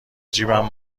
جیبم